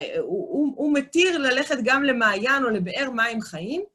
הוא מתיר ללכת גם למעיין או לבאר מים חיים.